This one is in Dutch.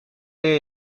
leer